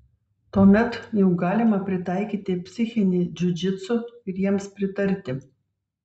tuomet juk galima pritaikyti psichinį džiudžitsu ir jiems pritarti